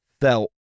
felt